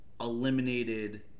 eliminated